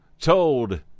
told